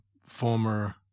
former